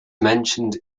mentioned